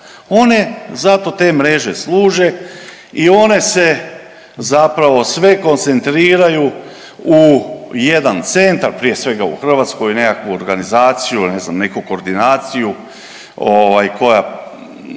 One zato te mreže služe i one se zapravo sve koncentriraju u jedan centar prije svega u Hrvatskoj u nekakvu organizaciju ili ne znam neku koordinaciju koja